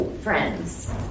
friends